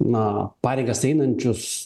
na pareigas einančius